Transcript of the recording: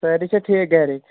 سٲری چھا ٹھیٖک گرِکۍ